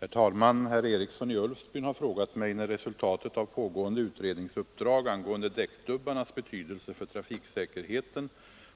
Herr talman! Herr Eriksson i Ulfsbyn har frågat mig när resultatet av pågående utredningsuppdrag angående däckdubbarnas betydelse för trafiksäkerheten